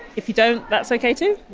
if you don't, that's okay too.